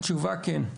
התשובה, כן.